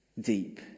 deep